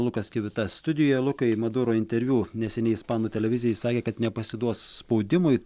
lukas kivita studijoje lukai maduro interviu neseniai ispanų televizijai sakė kad nepasiduos spaudimui